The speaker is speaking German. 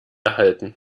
halten